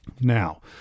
Now